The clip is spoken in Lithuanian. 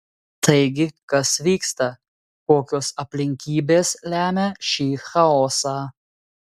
taigi kas vyksta kokios aplinkybės lemia šį chaosą